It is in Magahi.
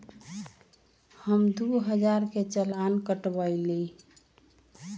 हम दु हजार के चालान कटवयली